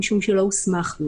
משום שלא הוסמכנו.